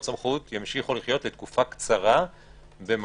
סמכות ימשיכו לחיות לתקופה קצרה במקביל.